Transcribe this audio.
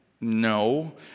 No